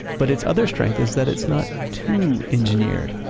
but its other strength is that it's not too engineered.